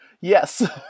Yes